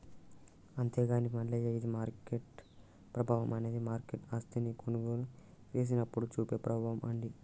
అంతేగాని మల్లయ్య ఇది మార్కెట్ ప్రభావం అనేది మార్కెట్ ఆస్తిని కొనుగోలు చేసినప్పుడు చూపే ప్రభావం అండి